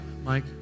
Mike